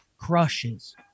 crushes